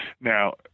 now